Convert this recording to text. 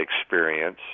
experience